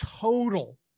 total